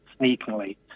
sneakily